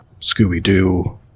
Scooby-Doo